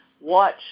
watch